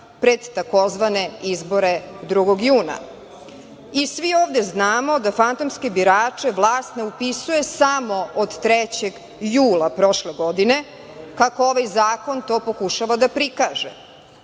pred tzv. izbore 2. juna. Svi ovde znamo da fantomske birače vlast ne upisuje samo od 3. jula prošle godine, kako ovaj zakon to pokušava da prikaže,